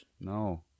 No